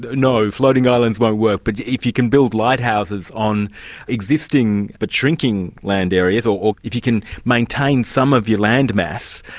no, floating islands won't work, but if you can build lighthouses on existing but shrinking land areas, or if you can maintain some of your land mass,